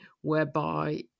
whereby